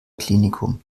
klinikum